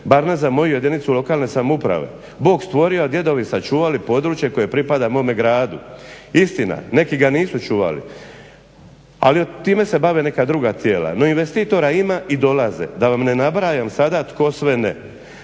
bar ne za moju jedinicu lokalne samouprave. Bog stvorio, a djedovi sačuvali područje koje pripada mome gradu. Istina neki ga nisu čuvali ali time se bave neka druga tijela no investitora ima i dolaze. Da vam ne nabrajam sada tko sve ne.